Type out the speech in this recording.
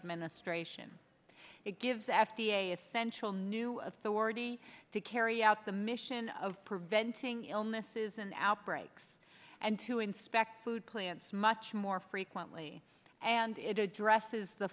administration it gives f d a essential new authority to carry out the mission of preventing illnesses and outbreaks and to inspect food plants much more frequently and it addresses the